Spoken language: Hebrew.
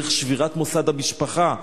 דרך שבירת מוסד המשפחה,